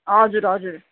हजुर हजुर